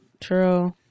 True